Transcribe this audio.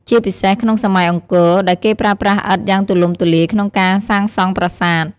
ជាពិសេសក្នុងសម័យអង្គរ ដែលគេប្រើប្រាស់ឥដ្ឋយ៉ាងទូលំទូលាយក្នុងការសាងសង់ប្រាសាទ។